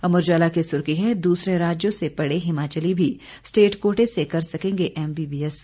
अमर उजाला की सुर्खी है दुसरे राज्यों में पढ़े हिमाचली भी स्टेट कोटे से कर सकेंगे एमबीबीएस